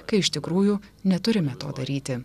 kai iš tikrųjų neturime to daryti